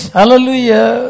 Hallelujah